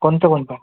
कोणतं कोणतं